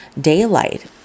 daylight